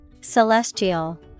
Celestial